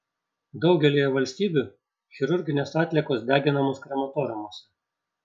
daugelyje valstybių chirurginės atliekos deginamos krematoriumuose